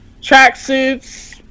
tracksuits